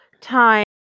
time